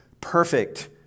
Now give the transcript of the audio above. perfect